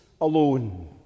alone